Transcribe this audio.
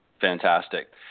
Fantastic